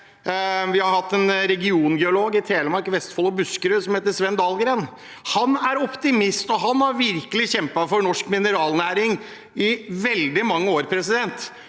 vi har hatt en regiongeolog i Telemark, Vestfold og Buskerud som heter Sven Dahlgren. Han er optimist, og han har virkelig kjempet for norsk mineralnæring i veldig mange år. Derfor